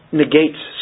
negates